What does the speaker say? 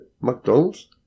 McDonald's